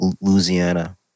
Louisiana